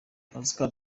oscar